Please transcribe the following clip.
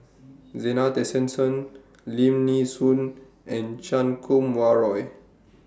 Zena Tessensohn Lim Nee Soon and Chan Kum Wah Roy